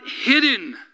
hidden